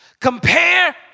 Compare